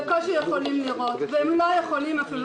בקושי יכולים לראות והם לא יכולים אפילו